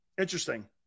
Interesting